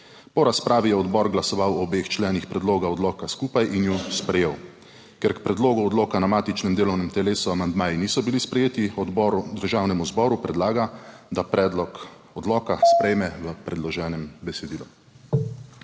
Po razpravi je odbor glasoval o obeh členih predloga odloka skupaj in ju sprejel. Ker k predlogu odloka na matičnem delovnem telesu amandmaji niso bili sprejeti, odbor Državnemu zboru predlaga, da predlog odloka sprejme v predloženem besedilu.